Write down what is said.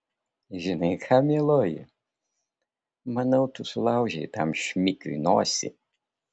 žinai ką mieloji manau tu sulaužei tam šmikiui nosį